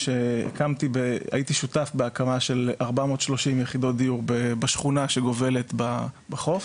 הייתי שותף בהקמה של 430 יחידות דיור בשכונה שגובלת בחוף.